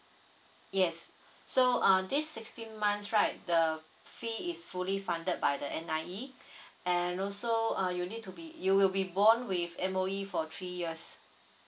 yes so uh this sixteen months right the fee is fully funded by the N_I_E and also uh you need to be you will be bond with M_O_E for three years